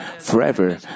forever